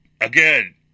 Again